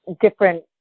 different